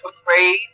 afraid